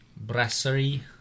Brasserie